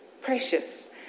precious